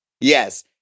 Yes